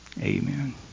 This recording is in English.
Amen